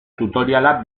tutoriala